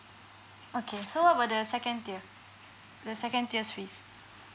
okay so what about the second tier the second tier fees